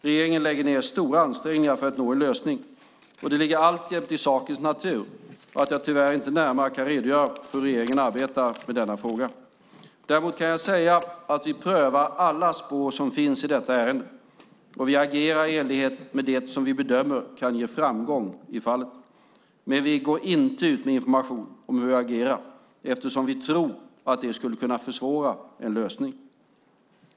Regeringen lägger ned stora ansträngningar för att nå en lösning, och det ligger alltjämt i sakens natur att jag tyvärr inte närmare kan redogöra för hur regeringen arbetar med denna fråga. Däremot kan jag säga att vi prövar alla spår som finns i detta ärende, och vi agerar i enlighet med det som vi bedömer kan ge framgång i fallet. Men vi går inte ut med information om hur vi agerar eftersom vi tror att det skulle kunna försvåra en lösning.